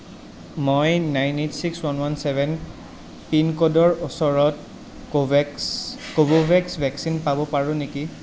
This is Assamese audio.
মই nine eight six one one seven পিনক'ডৰ ওচৰত কোভেক্স কোভোভেক্স ভেকচিন পাব পাৰোঁ নেকি